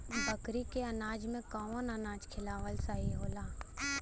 बकरी के अनाज में कवन अनाज खियावल सही होला?